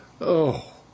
Oh